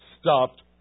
stopped